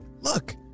Look